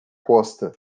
costa